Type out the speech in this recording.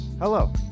Hello